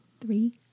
Three